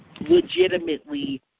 legitimately